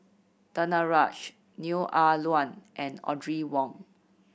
Danaraj Neo Ah Luan and Audrey Wong